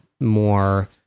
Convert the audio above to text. more